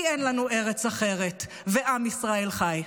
כי אין לנו ארץ אחרת, ועם ישראל חי.